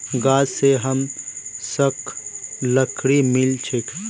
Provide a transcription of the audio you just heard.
गाछ स हमसाक लकड़ी मिल छेक